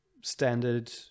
standard